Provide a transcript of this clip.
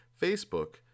Facebook